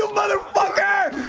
ah motherfucker!